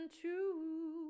true